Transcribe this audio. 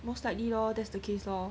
most likely lor thats the case lor